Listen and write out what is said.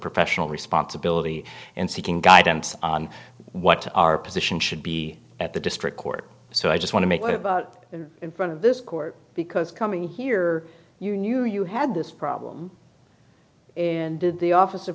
professional responsibility and seeking guidance on what our position should be at the district court so i just want to make it in front of this court because coming here you knew you had this problem in the office